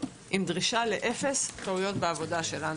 עם דרישה של אפס טעויות בעבודה שלנו.